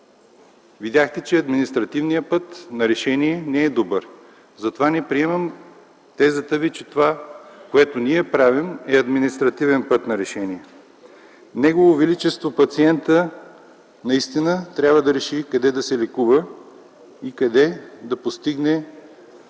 Видяхте, че административният път на решение не е добър. Затова не приемам тезата Ви, че правеното от нас е административен път на решение. Наистина, негово величество пациентът трябва да се реши къде да се лекува и къде може да постигне